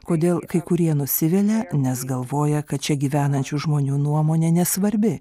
kodėl kai kurie nusivilia nes galvoja kad čia gyvenančių žmonių nuomonė nesvarbi